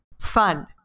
Fun